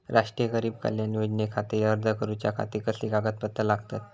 राष्ट्रीय गरीब कल्याण योजनेखातीर अर्ज करूच्या खाती कसली कागदपत्रा लागतत?